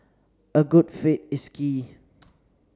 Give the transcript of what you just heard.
a good fit is key